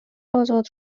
آزاد